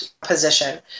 position